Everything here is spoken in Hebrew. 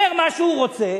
אומר מה שהוא רוצה,